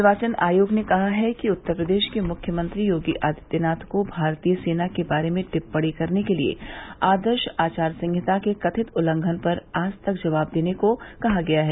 निर्वाचन आयोग ने कहा है कि उत्तर प्रदेश के मुख्यमंत्री योगी आदित्यनाथ को भारतीय सेना के बारे में टिप्पणी करने के लिए आदर्श आचार संहिता के कथित उल्लंघन पर आज तक जवाब देने को कहा गया है